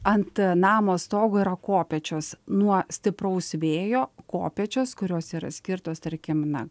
ant namo stogo yra kopėčios nuo stipraus vėjo kopėčios kurios yra skirtos tarkim na